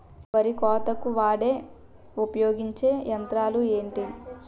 వరి కోతకు వాడే ఉపయోగించే యంత్రాలు ఏంటి?